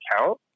account